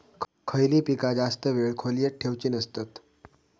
खयली पीका जास्त वेळ खोल्येत ठेवूचे नसतत?